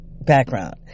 background